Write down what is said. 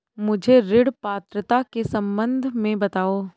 मुझे ऋण पात्रता के सम्बन्ध में बताओ?